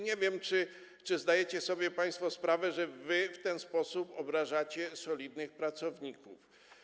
Nie wiem, czy zdajecie sobie państwo sprawę, że wy w ten sposób obrażacie solidnych pracowników.